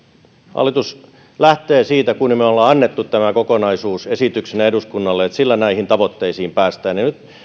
hallitus lähtee siitä kun me olemme antaneet tämän kokonaisuuden esityksenä eduskunnalle että sillä näihin tavoitteisiin päästään nyt